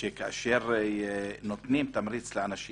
שכאשר נותנים תמריץ לאנשים,